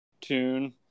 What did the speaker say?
tune